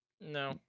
No